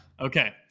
Okay